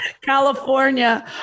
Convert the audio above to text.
California